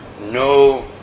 no